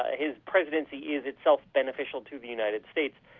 ah his presidency is itself beneficial to the united states.